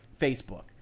Facebook